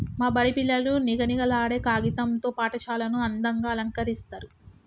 మా బడి పిల్లలు నిగనిగలాడే కాగితం తో పాఠశాలను అందంగ అలంకరిస్తరు